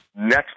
Next